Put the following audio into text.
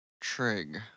trig